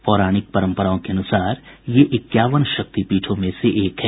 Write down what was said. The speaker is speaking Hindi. पौराणिक परम्पराओं के अनुसार ये इक्यावन शक्ति पीठों में से एक है